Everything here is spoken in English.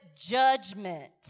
judgment